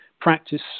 practice